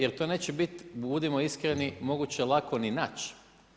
Jer to neće biti, budimo iskreni, moguće lako ni naći.